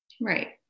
Right